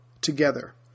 together